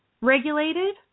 regulated